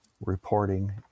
reporting